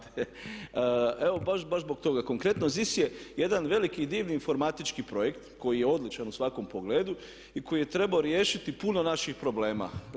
Evo baš zbog toga, konkretno ZIS je jedan veliki divni informatički projekt koji je odličan u svakom pogledu i koji je trebao riješiti puno naših problema.